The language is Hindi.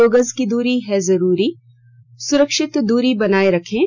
दो गज की दूरी है जरूरी सुरक्षित दूरी बनाए रखें